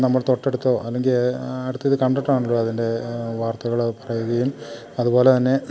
നമ്മൾ തൊട്ടടുത്തോ അല്ലെങ്കിൽ അടുത്ത ഇത് കണ്ടിട്ടാണല്ലോ അതിൻ്റെ വാർത്തകള് പറയുകയും അതുപോലെ തന്നെ